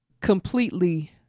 completely